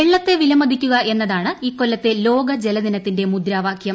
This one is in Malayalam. വെള്ളത്തെ വിലമതിക്കുക എന്നതാണ് ഇക്കൊല്ലത്തെ ലോക ജലദിനത്തിന്റെ മുദ്രാവാകൃം